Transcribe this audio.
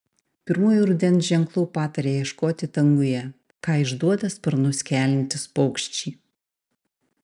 pirmųjų rudens ženklų pataria ieškoti danguje ką išduoda sparnus keliantys paukščiai